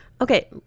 Okay